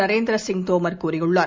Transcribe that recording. நரேந்திர சிங் தோமர் கூறியுள்ளார்